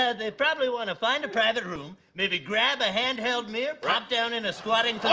ah they probably want to find a private room, maybe grab a hand-held mirror, pop down in a squatting